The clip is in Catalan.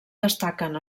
destaquen